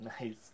nice